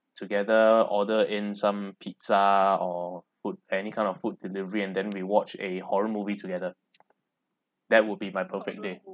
together order in some pizza or food any kind of food delivery and then we watched a horror movie together that would be my perfect day